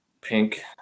pink